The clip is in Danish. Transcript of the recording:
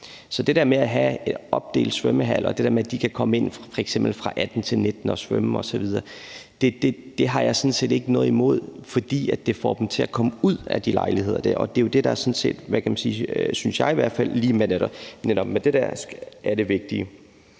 Så det der med at have en opdelt svømmehal og at de f.eks. kan komme ind fra kl. 18.00 til 19.00 og svømme osv., har jeg sådan set ikke noget imod, fordi det får dem til at komme ud af de lejligheder der, og det synes jeg jo sådan set i hvert fald lige netop er det vigtige.